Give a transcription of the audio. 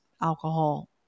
alcohol